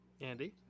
Andy